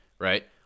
right